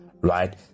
right